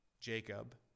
Jacob